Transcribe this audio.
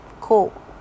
Cool